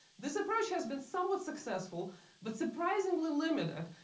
this approach has been somewhat successful but surprisingly limited,